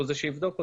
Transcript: הוא זה שיבדוק אותם.